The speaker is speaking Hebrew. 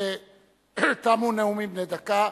תמו נאומים בני דקה.